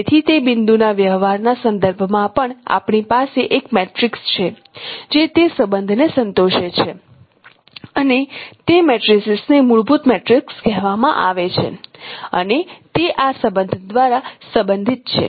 તેથી તે બિંદુના વ્યવહાર ના સંદર્ભ માં પણ આપણી પાસે એક મેટ્રિક્સ છે જે તે સંબંધ ને સંતોષે છે અને તે મેટ્રિસીસને મૂળભૂત મેટ્રિક્સ કહેવામાં આવે છે અને તે આ સંબંધ દ્વારા સંબંધિત છે